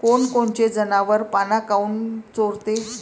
कोनकोनचे जनावरं पाना काऊन चोरते?